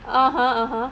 (uh huh) (uh huh)